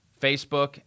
Facebook